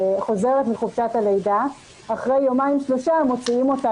חוזרת מחופשת הלידה ואחרי יומיים-שלושה מוציאים אותה